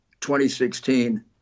2016